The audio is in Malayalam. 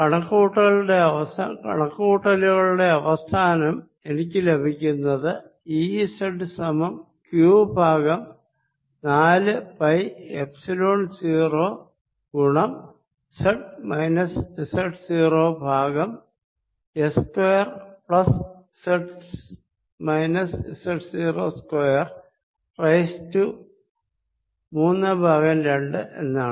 കണക്കു കൂട്ടലുകളുടെ അവസാനം എനിക്ക് ലഭിക്കുന്നത് Ez സമം q ബൈ നാലു പൈ എപ്സിലോൺ 0 ഗുണം z minus z 0 by s square plus z z 0 square raised to മൂന്ന് ബൈ രണ്ട് എന്നാണ്